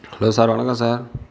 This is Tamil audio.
ஹலோ சார் வணக்கம் சார்